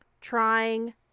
Trying